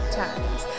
times